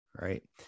Right